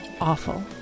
Awful